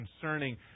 concerning